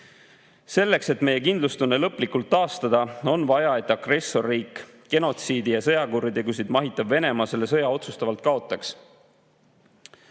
euro. Selleks, et meie kindlustunne lõplikult taastada, on vaja, et agressorriik, genotsiidi ja sõjakuritegusid mahitav Venemaa selle sõja otsustavalt kaotaks.